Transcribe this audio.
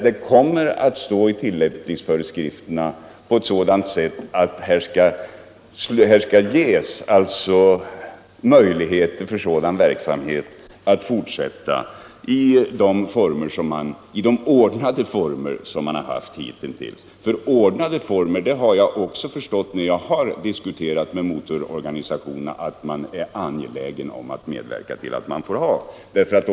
Det kommer att stå i tillämpningsföreskrifterna att det skall finnas möjlighet för sådan verksamhet att fortsätta i ordnade former på det sätt som skett hitintills. Jag har förstått när jag diskuterat med motororganisationerna att ordnade former är man angelägen om att ha.